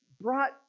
brought